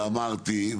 ואמרתי,